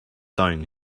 down